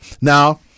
Now